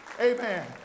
Amen